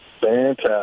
Fantastic